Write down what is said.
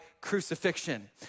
crucifixion